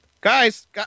Guys